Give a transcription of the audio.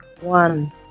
One